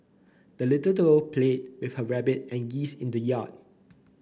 the little doll played with her rabbit and geese in the yard